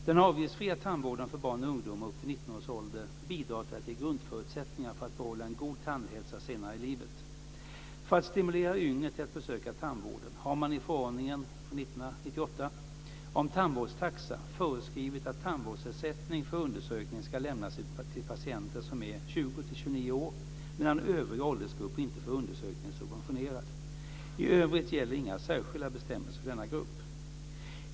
Den avgiftsfria tandvården för barn och ungdomar upp till 19 års ålder bidrar till att ge grundförutsättningar för att behålla en god tandhälsa senare i livet. För att stimulera yngre till att besöka tandvården har man i förordningen om tandvårdstaxa föreskrivit att tandvårdsersättning för undersökning ska lämnas till patienter som är 20-29 år, medan övriga åldersgrupper inte får undersökningen subventionerad. I övrigt gäller inga särskilda bestämmelser för denna grupp.